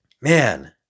Man